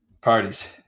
Parties